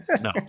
no